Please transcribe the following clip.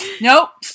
nope